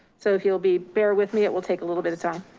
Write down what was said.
so if you'll be bear with me, it will take a little bit of time.